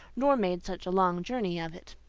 nor made such a long journey of it,